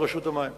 2009):